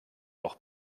auch